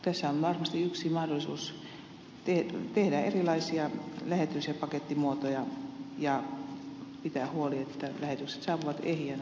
tässä on varmasti yksi mahdollisuus tehdä erilaisia lähetys ja pakettimuotoja ja pitää huoli että lähetykset saapuvat ehjinä ja vaurioitta perille